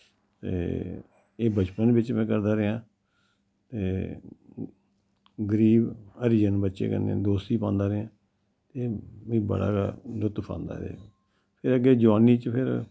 ते एह् बचपन बिच में करदा रेहां ते गरीब हरीजन बच्चें कन्नै दोस्ती पांदा रेहां मीं बड़ा गै लुतफ आंदा रेहा ते अग्गै जोआनी च फिर